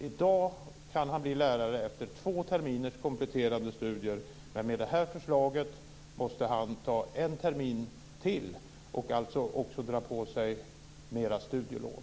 I dag kan han bli lärare efter två terminers kompletterande studier men med det här förslaget måste han läsa en termin till och därmed dra på sig större studielån.